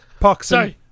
Poxy